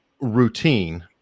Routine